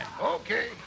Okay